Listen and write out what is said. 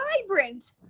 vibrant